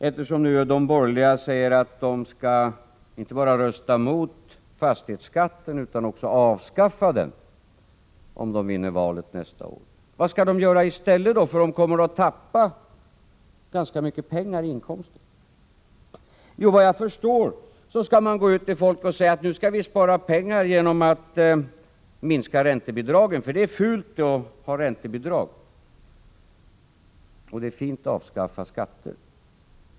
Eftersom de borgerliga säger att de skall inte bara rösta emot fastighetsskatten utan också avskaffa den om de vinner valet nästa år, har vi särskild anledning att begrunda vad de i så fall skall göra i stället — de kommer då att tappa ganska mycket pengar i inkomster. Jo, enligt vad jag förstår skall de gå ut till folk och säga: Nu skall vi spara pengar genom att minska räntebidragen. Det är nämligen fult att ha räntebidrag, och det är fint att avskaffa skatter.